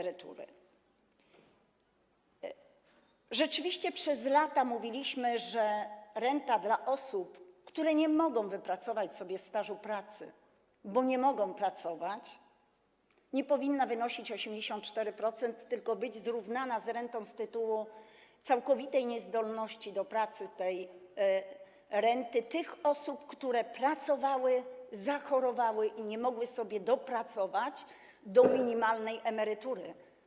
Rzeczywiście przez lata mówiliśmy, że wysokość renty dla osób, które nie mogą wypracować sobie stażu pracy, bo nie mogą pracować, nie powinna wynosić 84%, tylko powinna być zrównana z wysokością renty z tytułu całkowitej niezdolności do pracy, renty dla tych osób, które pracowały, zachorowały i nie mogły sobie dopracować do minimalnej emerytury.